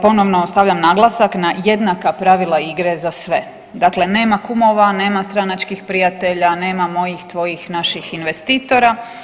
Ponovno stavljam naglasak na jednaka pravila igre za sve, dakle nema kumova, nema stranačkih prijatelja, nema mojih, tvojih, naših investitora.